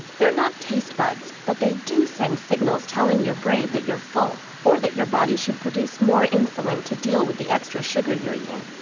they are not taste buds, but they do send signals telling your brain that you're full or that your body should produce more insulin to deal with the extra sugar you're eating.